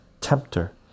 tempter